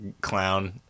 clown